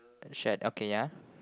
a shed okay ya